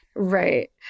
Right